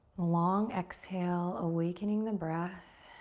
long exhale, awakening the breath.